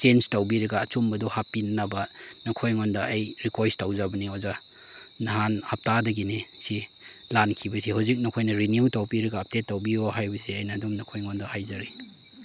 chance ꯇꯧꯕꯤꯔꯒ ꯑꯆꯨꯝꯕꯗꯣ ꯍꯥꯞꯄꯤꯅꯅꯕ ꯅꯈꯣꯏꯉꯣꯟꯗ ꯑꯩ ꯔꯤꯀ꯭ꯋꯦꯁ ꯇꯧꯖꯕꯅꯤ ꯑꯣꯖꯥ ꯅꯍꯥꯟ ꯍꯥꯞꯇꯥꯗꯒꯤꯅꯤ ꯁꯤ ꯂꯥꯟꯈꯤꯕꯁꯤ ꯍꯧꯖꯤꯛ ꯅꯈꯣꯏꯅ ꯔꯤꯅ꯭ꯌꯨ ꯇꯧꯕꯤꯔꯒ ꯑꯞꯗꯦꯠ ꯇꯧꯕꯤꯌꯣ ꯍꯥꯏꯕꯁꯦ ꯑꯩꯅ ꯑꯗꯨꯝ ꯅꯈꯣꯏꯉꯣꯟꯗ ꯍꯥꯏꯖꯔꯤ